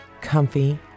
comfy